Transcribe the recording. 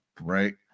right